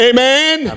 Amen